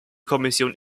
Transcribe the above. kommission